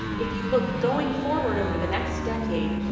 if you look going forward over the next decade,